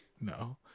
no